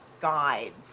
guides